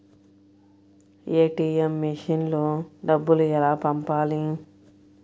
ATM మెషిన్లో డబ్బులు ఎలా పంపాలి?